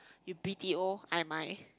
you b_t_o am I